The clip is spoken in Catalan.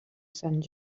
sant